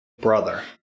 brother